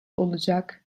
olacak